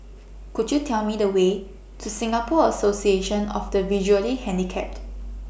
Could YOU Tell Me The Way to Singapore Association of The Visually Handicapped